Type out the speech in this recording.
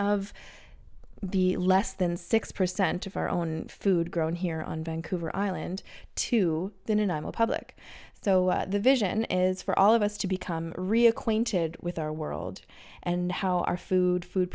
of the less than six percent of our own food grown here on vancouver island to then and i'm a public so the vision is for all of us to become reacquainted with our world and how our food food